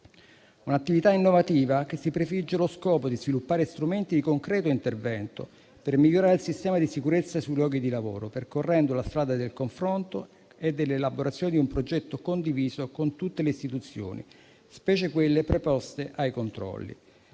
Un'attività innovativa, che si prefigge lo scopo di sviluppare strumenti di concreto intervento, per migliorare il sistema di sicurezza sui luoghi di lavoro, percorrendo la strada del confronto e dell'elaborazione di un progetto condiviso con tutte le istituzioni, specie quelle preposte ai controlli.